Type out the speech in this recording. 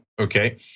okay